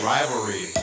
Rivalry